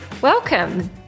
Welcome